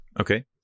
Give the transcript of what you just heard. Okay